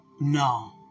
No